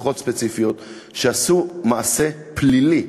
משפחות ספציפיות שעשו מעשה פלילי,